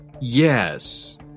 Yes